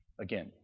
again